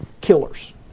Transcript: killers